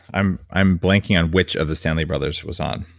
i'm i'm blanking on which of the stanley brothers was on.